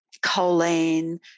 choline